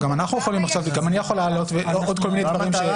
אז גם אני יכול להעלות עוד כל מיני דברים.